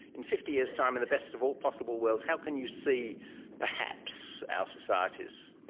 in fifty years time in the best of all possible worlds, how can you see perhaps our societies,